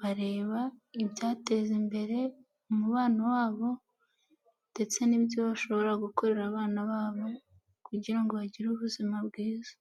bareba ibyateza imbere umubano wabo ndetse n'ibyo bashobora gukorera abana babo kugirango bagire ubuzima bwiza.